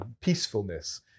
peacefulness